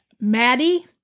Maddie